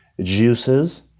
juices